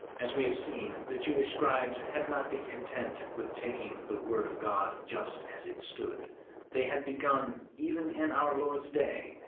as we have seen, the jewish scribes had not been content with taking the word of god just as it stood they had begun, even in our lord's day,